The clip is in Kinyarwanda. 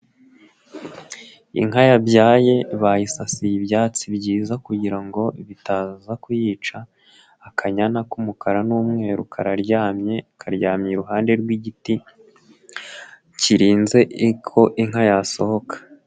Inka yabyaye, bayisasiye ibyatsi byiza kugira ngo bitaza kuyica, akanyana k'umukara n'umweru kararyamye, karyamye iruhande rw'igiti kirinze ko inka yasohoka.